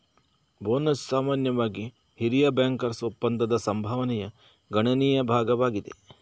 bonus ಸಾಮಾನ್ಯವಾಗಿ ಹಿರಿಯ ಬ್ಯಾಂಕರ್ನ ಒಪ್ಪಂದದ ಸಂಭಾವನೆಯ ಗಣನೀಯ ಭಾಗವಾಗಿದೆ